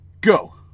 go